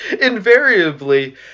Invariably